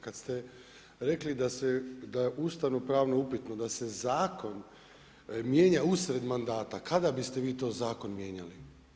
Kad ste rekli da se, da je ustavno-pravno upitno da se zakon mijenja usred mandata kada biste vi to zakon mijenjali?